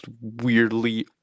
weirdly